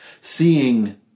Seeing